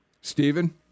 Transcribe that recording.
Stephen